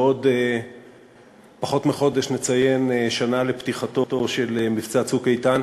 בעוד פחות מחודש נציין שנה לפתיחתו של מבצע "צוק איתן".